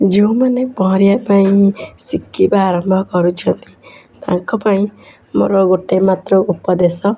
ଯେଉଁମାନେ ପହଁରିବା ପାଇଁ ଶିଖିବା ଆରମ୍ଭ କରୁଛନ୍ତି ତାଙ୍କ ପାଇଁ ମୋର ଗୋଟିଏ ମାତ୍ର ଉପଦେଶ